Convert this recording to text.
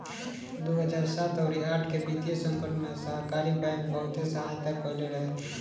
दू हजार सात अउरी आठ के वित्तीय संकट में सहकारी बैंक बहुते सहायता कईले रहे